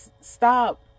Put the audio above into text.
Stop